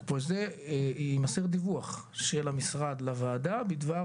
מתיקון זה - יימסר דיווח של המשרד לשוויון חברתי בדבר